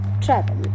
travel